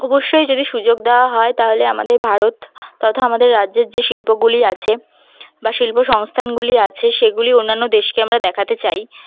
অবশ্যই যদি সুযোগ দেওয়া হয় তাহলে আমাদের ভারত তথা আমাদের রাজ্যের যে শিল্পগুলি আছে বা শিল্পসংস্থানগুলি আছে সেগুলি অন্যান্য দেশকে আমরা দেখাতে চাই